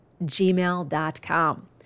gmail.com